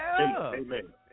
Amen